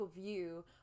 view